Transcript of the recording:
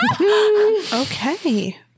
Okay